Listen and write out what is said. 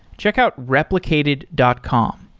checkout replicated dot com.